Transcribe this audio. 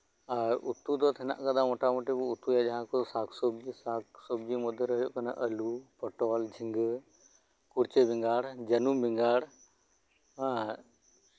ᱟᱨ ᱩᱛᱩ ᱫᱚ ᱦᱮᱱᱟᱜ ᱟᱠᱟᱫᱟ ᱢᱳᱴᱟ ᱢᱩᱴᱤ ᱵᱚ ᱩᱛᱩᱭᱟ ᱡᱟᱦᱟᱸ ᱠᱚ ᱥᱟᱠ ᱥᱚᱵᱽᱡᱤ ᱥᱟᱠ ᱥᱚᱵᱽᱡᱤ ᱢᱚᱫᱽᱫᱷᱮ ᱨᱮ ᱦᱳᱭᱳᱜ ᱠᱟᱱᱟ ᱟᱹᱞᱩ ᱯᱚᱴᱚᱞ ᱡᱷᱤᱸᱜᱟᱹ ᱠᱩᱲᱪᱤ ᱵᱮᱸᱜᱟᱲ ᱡᱟᱱᱩᱢ ᱵᱮᱸᱜᱟᱲ ᱦᱮᱸ